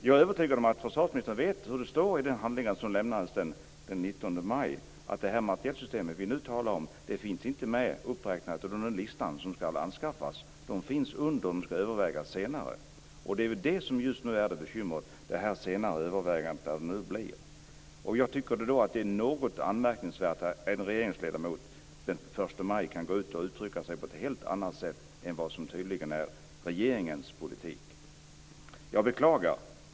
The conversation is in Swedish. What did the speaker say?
Jag är övertygad om att försvarsministern vet vad som står i de handlingar som lämnades den 19 maj, att det materielsystem vi nu talar om inte finns uppräknat på listan över det som skall anskaffas. Det finns under det som skall övervägas senare. Det är det som just nu är bekymret. Det är det senare övervägandet, som nu blir. Jag tycker då att det är något anmärkningsvärt att en regeringsledamot den 1 maj kan uttrycka sig på ett helt annat sätt än vad som tydligen är regeringens politik.